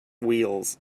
wheels